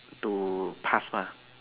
to past mah